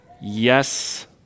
yes